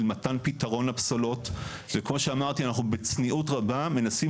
של מתן פתרון לפסולות וכמו שאמרתי אנחנו בצניעות רבה מנסים